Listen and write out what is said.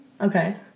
Okay